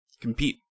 compete